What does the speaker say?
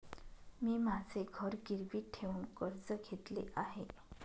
मी माझे घर गिरवी ठेवून कर्ज घेतले आहे